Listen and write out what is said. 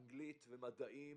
אנגלית ומדעים